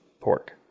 pork